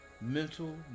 mental